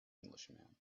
englishman